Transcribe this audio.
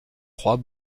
trois